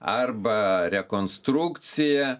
arba rekonstrukcija